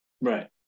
right